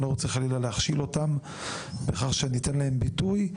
לא רוצה חלילה להכשיל אותם בכך שאני אתן להם ביטוי.